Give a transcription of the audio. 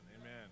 Amen